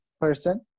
person